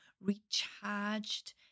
recharged